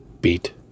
Beat